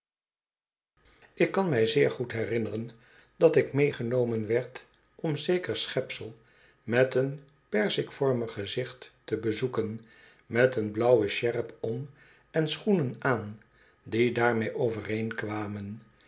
ik kan mij zeer goed herinneren dat ik meegenomen werd om zeker schepsel met een perzikvormig gezicht te bezoeken met een blauwe sjerp om en schoenen aan die daarmee overeenkwamen